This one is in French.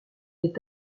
est